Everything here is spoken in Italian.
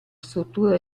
struttura